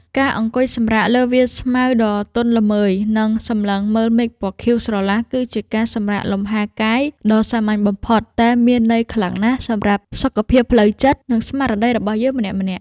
ការអង្គុយសម្រាកលើវាលស្មៅដ៏ទន់ល្មើយ និង សម្លឹងមើលមេឃពណ៌ខៀវស្រឡះគឺជាការសម្រាកលំហែកាយដ៏សាមញ្ញបំផុតតែមានន័យខ្លាំងណាស់សម្រាប់សុខភាពផ្លូវចិត្ត និង ស្មារតីរបស់យើងម្នាក់ៗ។